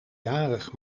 jarig